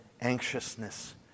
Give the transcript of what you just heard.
anxiousness